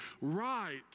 right